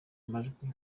amajwi